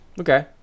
okay